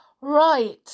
right